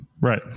Right